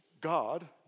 God